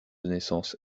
naissance